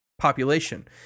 population